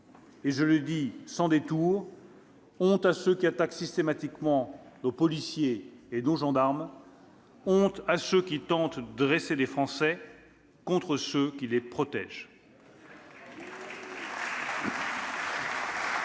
Et je le dis sans détour : honte à ceux qui attaquent systématiquement nos policiers et nos gendarmes, honte à ceux qui tentent de dresser les Français contre ceux qui les protègent.